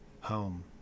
home